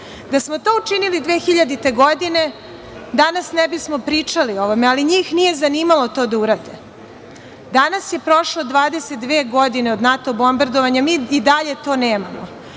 smo to učinili 2000. godine danas ne bismo pričali o ovome, ali njih nije zanimalo to da urade. Danas su prošle 22 godine od NATO bombardovanja, mi i dalje to nemamo,